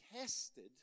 tested